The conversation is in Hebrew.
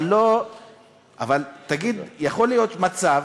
אבל תגיד, יכול להיות מצב